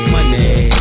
Money